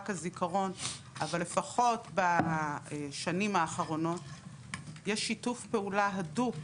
הזיכרון לפחות בשנים האחרונות יש שיתוף פעולה הדוק,